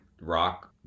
rock